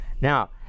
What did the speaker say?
Now